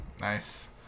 Nice